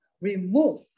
remove